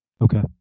Okay